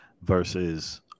versus